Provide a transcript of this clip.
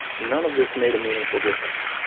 none of this made a meaningful difference.